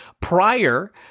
Prior